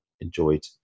enjoyed